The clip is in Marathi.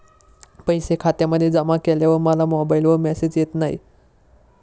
पैसे खात्यामध्ये जमा केल्यावर मला मोबाइलवर मेसेज येत नाही?